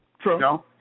True